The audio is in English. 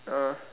uh